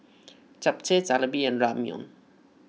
Japchae Jalebi and Ramyeon